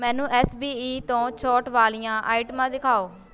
ਮੈਨੂੰ S B E ਤੋਂ ਛੋਟ ਵਾਲੀਆਂ ਆਈਟਮਾਂ ਦਿਖਾਓ